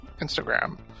Instagram